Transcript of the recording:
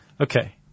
Okay